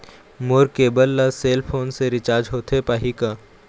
मोर cable ला cell phone से recharge होथे पाही का?